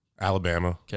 Alabama